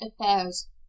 affairs